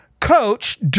coach